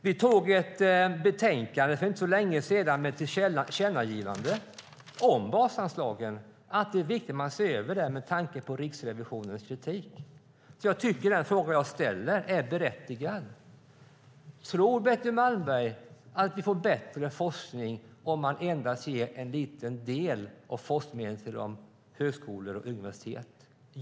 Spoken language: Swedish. För inte så länge sedan hade vi ett betänkande med ett tillkännagivande om att det är viktigt att man ser över basanslagen med tanke på Riksrevisionens kritik. Jag tycker därför att den fråga jag ställer är berättigad. Tror Betty Malmberg att vi får bättre forskning om man endast ger en liten del av forskningen till dessa högskolor och universitet?